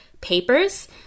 papers